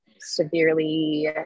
severely